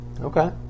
okay